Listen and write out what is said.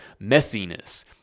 messiness